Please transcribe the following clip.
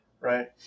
Right